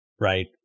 right